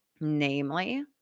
Namely